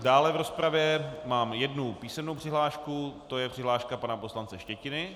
Dále v rozpravě mám jednu písemnou přihlášku, to je přihláška pana poslance Štětiny.